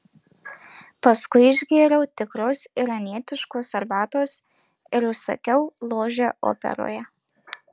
paskui išgėriau tikros iranietiškos arbatos ir užsakiau ložę operoje